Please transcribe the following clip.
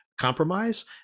compromise